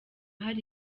hari